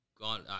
gone